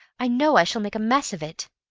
i know i shall make a mess of it!